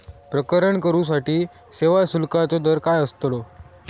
प्रकरण करूसाठी सेवा शुल्काचो दर काय अस्तलो?